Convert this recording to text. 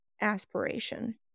aspiration